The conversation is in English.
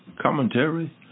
commentary